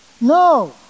No